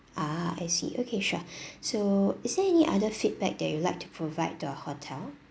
ah I see okay sure so is there any other feedback that you'd like to provide to our hotel